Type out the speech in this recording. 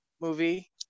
movie